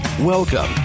Welcome